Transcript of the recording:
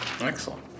Excellent